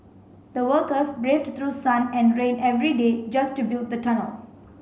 the workers braved through sun and rain every day just to build the tunnel